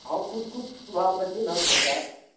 हँ किछु किछु सुधारलखिन हन सरकार